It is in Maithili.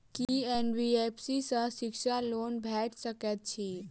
की एन.बी.एफ.सी सँ शिक्षा लोन भेटि सकैत अछि?